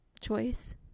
choice